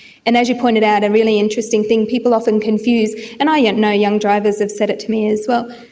and as you pointed out, a and really interesting thing, people often confuse, and i yeah know young drivers have said it to me as well,